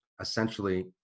essentially